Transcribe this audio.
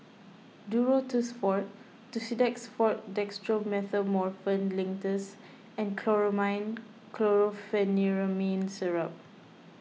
Duro Tuss Forte Tussidex forte Dextromethorphan Linctus and Chlormine Chlorpheniramine Syrup